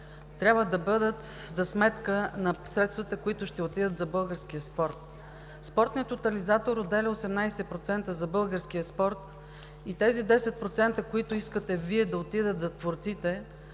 трябва да бъдат за сметка на средствата, които ще отидат за българския спорт. Спортният тотализатор отделя 18% за българския спорт и тези 10%, които искате да отидат за творците,